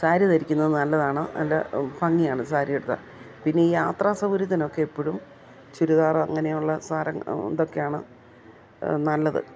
സാരി ധരിക്കുന്നത് നല്ലതാണ് നല്ല ഭംഗിയാണ് സാരിയുടുത്താൽ പിന്നെ ഈ യാത്രാ സൗകര്യത്തിനൊക്കെ എപ്പോഴും ചുരിദാറോ അങ്ങനെയുള്ള സാര ഇതൊക്കെയാണ് നല്ലത്